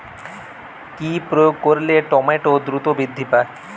কি প্রয়োগ করলে টমেটো দ্রুত বৃদ্ধি পায়?